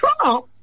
Trump